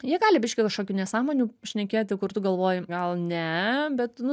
jie gali biškį kažkokių nesąmonių šnekėti kur tu galvoji gal ne bet nu